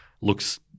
looks